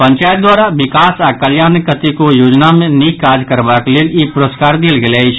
पंचायत द्वारा विकास आ कल्याणक कतेको योजना मे निक काज करबाक लेल ई पुरस्कार देल गेल अछि